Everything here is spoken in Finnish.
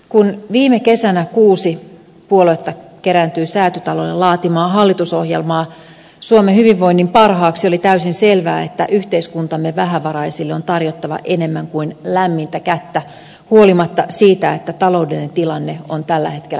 kun viime kesänä kuusi puoluetta kerääntyi säätytalolle laatimaan hallitusohjelmaa suomen hyvinvoinnin parhaaksi oli täysin selvää että yhteiskuntamme vähävaraisille on tarjottava enemmän kuin lämmintä kättä huolimatta siitä että taloudellinen tilanne on tällä hetkellä hyvin vaativa